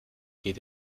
geht